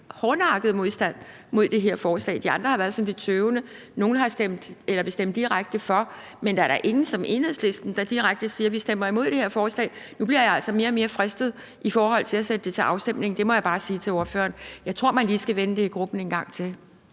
hårdnakkede modstand mod det her forslag. De andre har været sådan lidt tøvende. Nogle vil direkte stemme for. Men der er da ingen, der som Enhedslisten direkte siger: Vi stemmer imod det her forslag. Nu bliver jeg altså mere og mere fristet til at sætte det til afstemning. Det må jeg bare sige til ordføreren. Jeg tror, man lige skal vende det i gruppen en gang til.